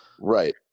right